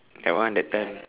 that one that time